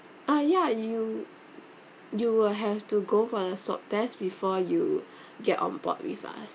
ah ya you you will have to go for the swab test before you get on board with us